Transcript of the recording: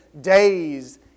days